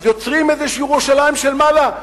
אז יוצרים איזו ירושלים של מעלה.